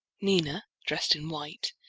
nina, dressed in white,